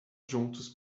juntos